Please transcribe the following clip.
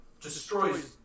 destroys